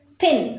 pin